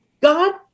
god